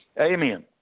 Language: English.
Amen